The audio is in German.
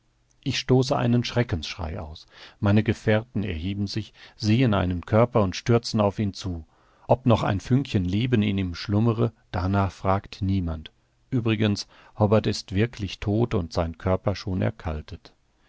ich stoße einen schreckensschrei aus meine gefährten erheben sich sehen einen körper und stürzen auf ihn zu ob noch ein fünkchen leben in ihm schlummere darnach fragt niemand uebrigens hobbart ist wirklich todt und sein körper schon erkaltet